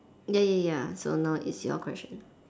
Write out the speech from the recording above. ya ya ya so now it's your question